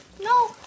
No